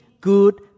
good